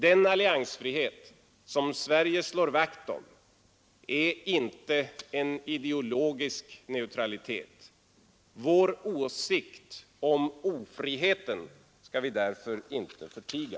Den alliansfrihet som Sverige slår vakt om är inte en ideologisk neutralitet. Vår åsikt om ofriheten skall vi därför inte förtiga.